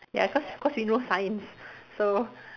ya cause cause we know science so